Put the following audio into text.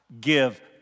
give